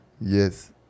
Yes